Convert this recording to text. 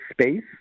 space